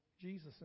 Jesus